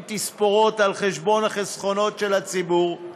תספורות על חשבון החסכונות של הציבור,